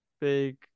big